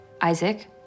Isaac